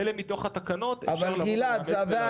אבל גלעד צווי